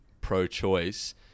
pro-choice